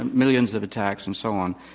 millions of attacks and so on.